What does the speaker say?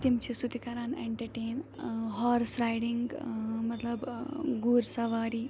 تِم چھِ سُہ تہِ کَران ایٚنٹَرٹین ٲں ہارٕس رایڈِنٛگ ٲں مطلب ٲں گوٚرۍ سواری